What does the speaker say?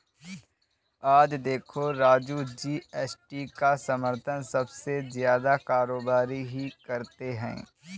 आज देखो राजू जी.एस.टी का समर्थन सबसे ज्यादा कारोबारी ही करते हैं